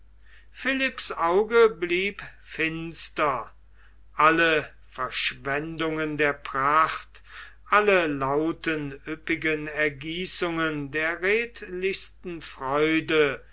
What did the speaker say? philipps auge blieb finster alle verschwendungen der pracht alle lauten üppigen ergießungen der redlichsten freude